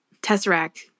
Tesseract